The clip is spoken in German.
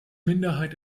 minderheit